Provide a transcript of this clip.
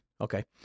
okay